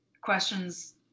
questions